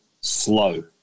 slow